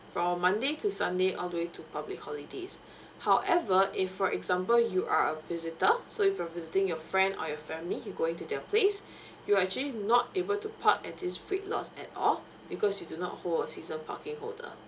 from monday to sunday all the way to public holidays however if for example you are a visitor so if you're visiting your friend or your family you're going to their place you're actually not able to park at these red lots at all because you do not hold a season parking holder